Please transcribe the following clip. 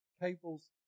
cables